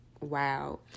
wow